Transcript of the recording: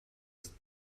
ist